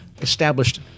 Established